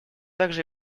также